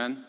Men